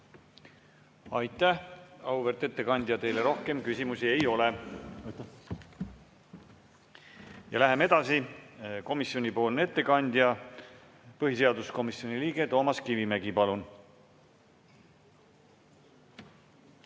Aitäh, auväärt ettekandja! Teile rohkem küsimusi ei ole. Läheme edasi. Komisjoni ettekandja põhiseaduskomisjoni liige Toomas Kivimägi, palun!